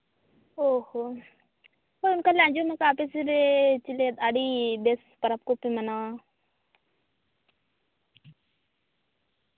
ᱚ ᱦᱚ ᱦᱳᱭ ᱚᱱᱠᱟᱞᱮ ᱟᱸᱡᱚᱢᱟᱠᱟᱫᱼᱟ ᱟᱯᱮ ᱥᱮᱫ ᱨᱮ ᱪᱮᱞᱮᱫ ᱟᱹᱰᱤ ᱵᱮᱥ ᱯᱚᱨᱚᱵᱽ ᱠᱚᱯᱮ ᱢᱟᱱᱟᱣᱟ